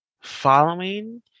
following